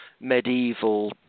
medieval